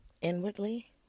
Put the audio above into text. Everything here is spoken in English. Inwardly